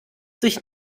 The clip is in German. sich